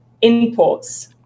imports